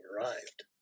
arrived